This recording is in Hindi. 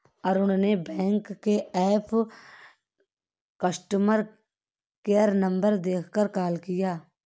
अरुण ने बैंक के ऐप कस्टमर केयर नंबर देखकर कॉल किया